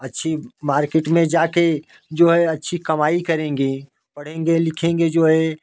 अच्छी मार्किट में जाकर जो है अच्छी कमाई करेंगे पढ़ेंगे लिखेंगे जो है